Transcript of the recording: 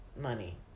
money